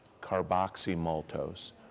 carboxymaltose